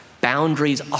Boundaries